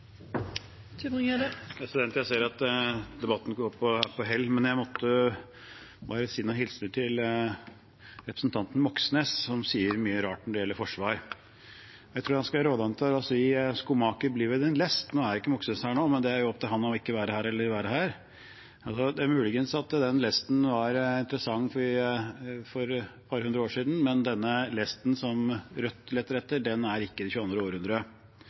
på hell, men jeg måtte bare gi noen hilsener til representanten Moxnes, som sier mye rart når det gjelder forsvar. Jeg tror jeg skal gi ham råd ved å si: Skomaker, bli ved din lest. Nå er ikke Moxnes her nå, men det er opp til ham å ikke være her eller å være her. Det er mulig at den lesten var interessant for et par hundre år siden, men den lesten Rødt leter etter, er ikke i det